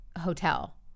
hotel